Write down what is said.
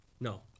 No